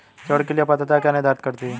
ऋण के लिए पात्रता क्या निर्धारित करती है?